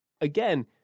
again